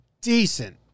decent